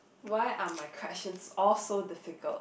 why are my questions all so difficult